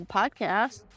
podcast